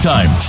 Time